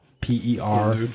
P-E-R